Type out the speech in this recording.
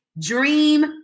Dream